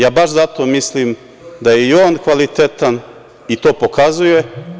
Ja baš zato mislim da je i on kvalitetan, i to pokazuje.